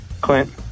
Clint